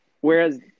whereas